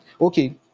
Okay